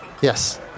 Yes